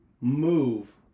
move